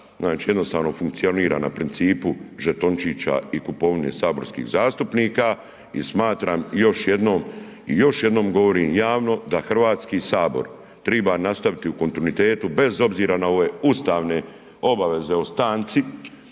jednostavno funkcionira na principu žetončića i kupovine saborskih zastupnika i smatram joj jednom i još jednom govorim javno da Hrvatski sabor triba nastaviti u kontinuitetu bez obzira na ove ustavne obaveze o stanci,